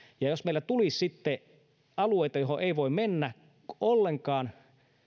ja jos meille tulisi sitten alueita joille ei voi mennä ollenkaan